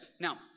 Now